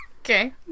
okay